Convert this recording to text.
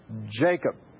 Jacob